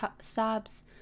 sobs